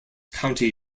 county